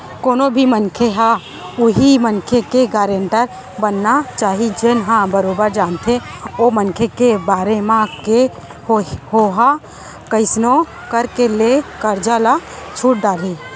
कोनो भी मनखे ह उहीं मनखे के गारेंटर बनना चाही जेन ह बरोबर जानथे ओ मनखे के बारे म के ओहा कइसनो करके ले करजा ल छूट डरही